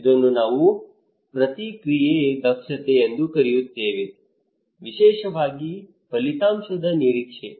ಇದನ್ನು ನಾವು ಪ್ರತಿಕ್ರಿಯೆ ದಕ್ಷತೆ ಎಂದು ಕರೆಯುತ್ತೇವೆ ವಿಶೇಷವಾಗಿ ಫಲಿತಾಂಶದ ನಿರೀಕ್ಷೆ